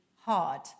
hard